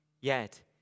yet